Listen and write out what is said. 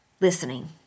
listening